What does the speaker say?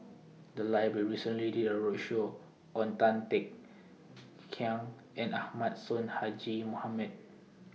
The Library recently did A roadshow on Tan Kek Hiang and Ahmad Sonhadji Mohamad